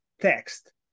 text